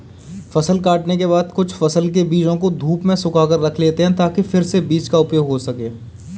फसल काटने के बाद कुछ फसल के बीजों को धूप में सुखाकर रख लेते हैं ताकि फिर से बीज का उपयोग हो सकें